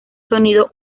sonido